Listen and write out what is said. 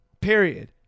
Period